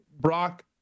Brock